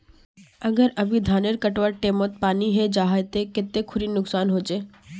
अगर कभी धानेर कटवार टैमोत पानी है जहा ते कते खुरी नुकसान होचए?